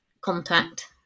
contact